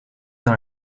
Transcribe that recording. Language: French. dans